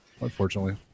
unfortunately